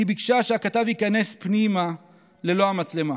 היא ביקשה שהכתב ייכנס פנימה ללא המצלמה.